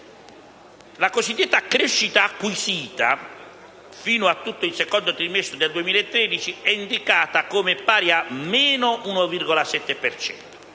La cosiddetta crescita acquisita fino a tutto il secondo trimestre del 2013 è indicata come pari a -1,7